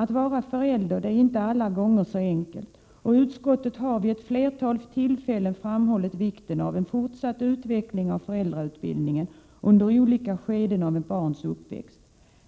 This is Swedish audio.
Att vara förälder är inte alla gånger så enkelt och utskottet har vid ett flertal tillfällen framhållit vikten av en fortsatt utveckling av föräldrautbildningen under olika skeden av ett barns uppväxt.